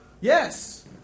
Yes